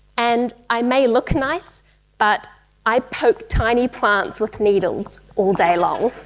and i may look nice but i poke tiny plants with needles all day long.